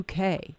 UK